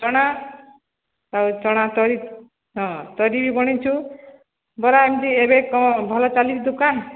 ଚଣା ଆଉ ଚଣା ତରି ହଁ ତରି ବି ବଣିଚୁ ବରା ଏମିତି ଏବେ କଣ ଭଲ ଚାଲିଚି ଦୁକାନ